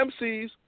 MCs